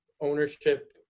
ownership